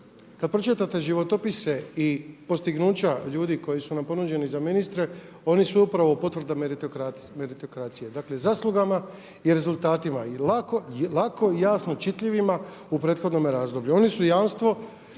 Kada pročitate životopise i postignuća ljudi koji su nam ponuđeni za ministre oni su upravo potvrda meritokracije, dakle zaslugama i rezultatima i lako i jasno čitljivima u prethodnome razdoblju.